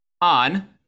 on